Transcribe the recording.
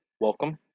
welcome